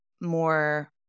more